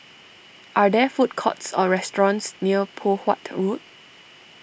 are there food courts or restaurants near Poh Huat Road